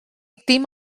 dim